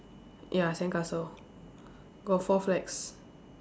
ya sandcastle got four flags